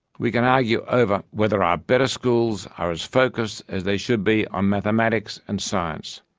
we can argue over whether our better schools are as focused as they should be on mathematics and science.